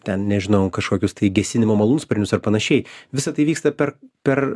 ten nežinau kažkokius tai gesinimo malūnsparnius ar panašiai visa tai vyksta per per